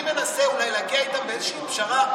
אני מנסה אולי להגיע איתן לאיזושהי פשרה,